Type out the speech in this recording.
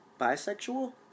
bisexual